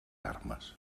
armes